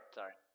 Sorry